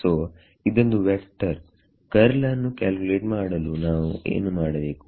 so ಇದೊಂದು vector curl ನ್ನು calculate ಮಾಡಲು ನಾನು ಏನು ಮಾಡಬೇಕು